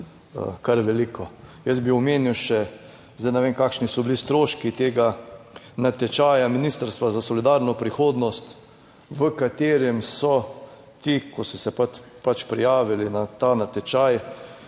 kar veliko. Jaz bi omenil, še zdaj ne vem, kakšni so bili stroški tega natečaja Ministrstva za solidarno prihodnost, v katerem so ti, ki so se prijavili na ta natečaj,